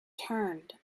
turned